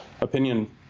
opinion